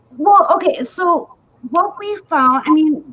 well, okay, so what we found i mean,